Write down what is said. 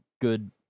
good